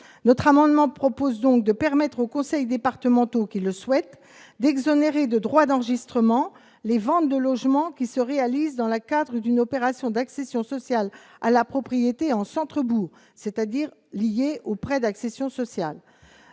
notre amendement propose donc de permettre aux conseils départementaux qui le souhaitent d'exonérer de droits d'enregistrement, les ventes de logements qui se réalise dans la cadre d'une opération d'accession sociale à la propriété en centre bourg, c'est-à-dire liées aux prêts d'accession sociale,